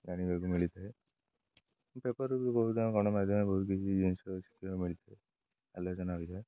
ଜାଣିବାକୁ ମିଳିଥାଏ ପେପର ବି ବହୁତ ଗଣମାଧ୍ୟମରେ ବହୁତ କିଛି ଜିନିଷ ଶିଖିବାକୁ ମିଳିଥାଏ ଆଲୋଚନା ହୋଇଥାଏ